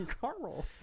carl